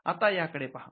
आता याकडे पहा